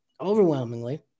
overwhelmingly